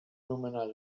nomenar